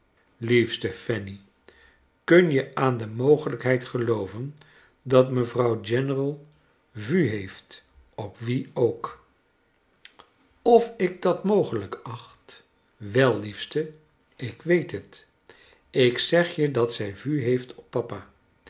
liefste fanny kun jc aan de mogelijkheid gelooven dat mevrouw general vues hecf't op wien ook of ik dat mogelijk acht wel liefste ik weet het ik zeg je dat zij vues heeft op papa